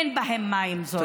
אין בהם מים זורמים.